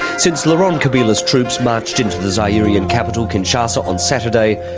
since laurent kabila's troops marched into the zairian capital, kinshasa, on saturday,